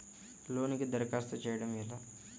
లోనుకి దరఖాస్తు చేయడము ఎలా?